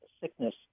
sickness